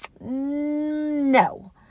No